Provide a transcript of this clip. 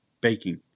Baking